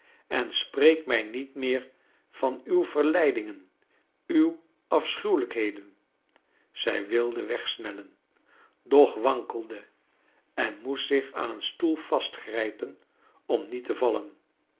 en spreek mij niet meer van uw verleidingen uw afschuwelijkheden zij wilde wegsnellen doch wankelde en moest zich aan een stoel vastgrijpen om niet te vallen